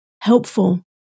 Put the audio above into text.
helpful